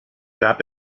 gab